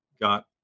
got